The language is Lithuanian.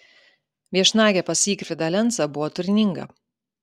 viešnagė pas zygfrydą lencą buvo turininga